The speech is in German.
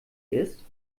ist